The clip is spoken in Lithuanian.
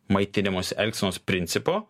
maitinimosi elgsenos principų